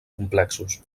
complexos